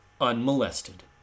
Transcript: unmolested